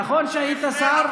נכון שאתה היית שר?